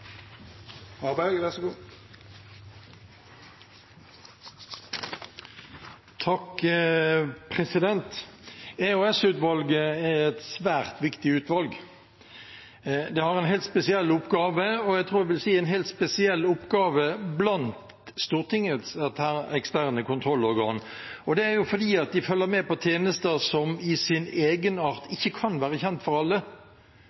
er et svært viktig utvalg. Det har en helt spesiell oppgave, og jeg tror jeg vil si en helt spesiell oppgave blant Stortingets eksterne kontrollorganer. Det er fordi de følger med på tjenester som i sin egenart ikke kan være kjent for alle.